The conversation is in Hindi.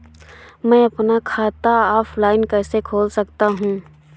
मैं अपना खाता ऑफलाइन कैसे खोल सकता हूँ?